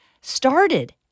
started